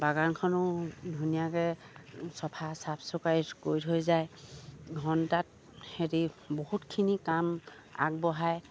বাগানখনো ধুনীয়াকে কৰি থৈ যায় ঘণ্টাত হেৰি বহুতখিনি কাম আগবঢ়ায়